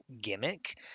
gimmick